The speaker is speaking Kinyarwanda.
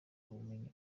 kubimenya